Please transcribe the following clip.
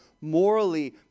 morally